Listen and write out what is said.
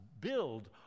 build